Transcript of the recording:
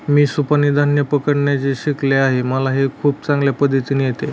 मी सुपाने धान्य पकडायचं शिकले आहे मला हे खूप चांगल्या पद्धतीने येत